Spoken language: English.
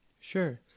Sure